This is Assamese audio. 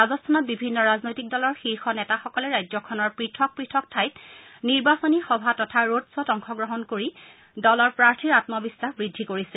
ৰাজস্থানত বিভিন্ন ৰাজনৈতিক দলৰ শীৰ্ষ নেতাসকলে ৰাজ্যখনৰ পৃথক পৃথক ঠাইত নিৰ্বাচনী সভা তথা ৰোড শ্ব অংশগ্ৰহণ কৰি দলৰ প্ৰাৰ্থীৰ আমবিশ্বাস বৃদ্ধি কৰিছে